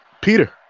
Peter